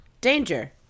danger